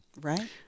right